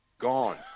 gone